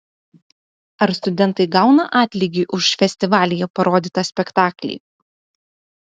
ar studentai gauna atlygį už festivalyje parodytą spektaklį